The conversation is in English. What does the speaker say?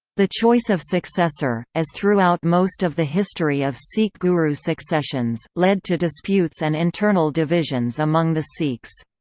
the choice of successor, as throughout most of the history of sikh guru successions, led to disputes and internal divisions among the sikhs.